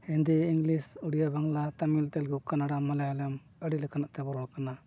Hindi English Odia Bangla Tamil Telugu Kannada Malayalam ᱟᱹᱰᱤ ᱞᱮᱠᱟᱱᱟᱜ ᱛᱮᱵᱚᱱ ᱨᱚᱲ ᱠᱟᱱᱟ